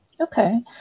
okay